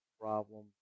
problem